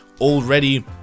already